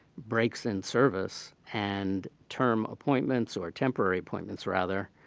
breaks in service and term appointments or temporary appointments, rather,